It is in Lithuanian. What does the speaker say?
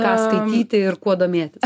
ką skaityti ir kuo domėtis